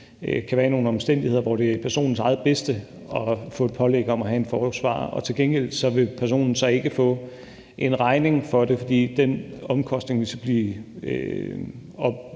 i nogle omstændigheder, hvor det er til personens eget bedste at få et pålæg om at have en forsvarer. Til gengæld vil personen ikke få en regning for det, fordi den omkostning så vil blive